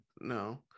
no